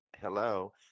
Hello